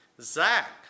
Zach